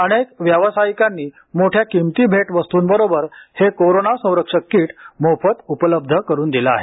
अनेक व्यावसायिकांनी मोठ्या किमती भेट वस्तूंबरोबर हे कोरोना संरक्षक किट मोफत उपलब्ध करून दिलं आहे